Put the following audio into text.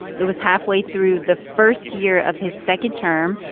it was halfway through the first year of his second term.